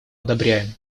одобряем